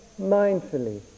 mindfully